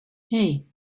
hey